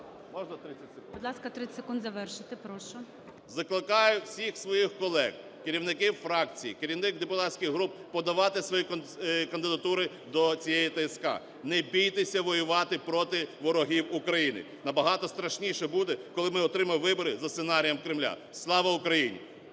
Можна 30 секунд? ГОЛОВУЮЧИЙ. Будь ласка, 30 секунд завершити. Прошу. БУРБАК М.Ю. Закликаю всіх своїх колег, керівників фракцій, керівників депутатських груп подавати свої кандидатури до цієї ТСК. Не бійтеся воювати проти ворогів України, набагато страшніше буде, коли ми отримаємо вибори за сценарієм Кремля. Слава Україні!